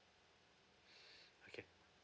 okay